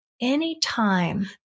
Anytime